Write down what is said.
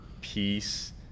peace